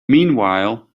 meanwhile